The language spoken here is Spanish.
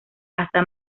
hasta